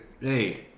Hey